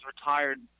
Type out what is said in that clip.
retired